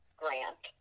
grant